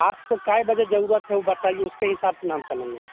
आपको कै बजे जरूरत है वह बताइए उसके हिसाब से ना हम चलेंगे